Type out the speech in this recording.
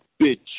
bitch